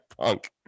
punk